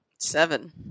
Seven